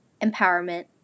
empowerment